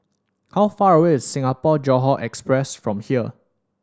how far away is Singapore Johore Express from here